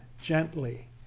gently